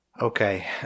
Okay